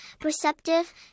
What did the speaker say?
perceptive